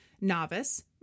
Novice